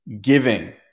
giving